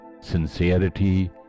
sincerity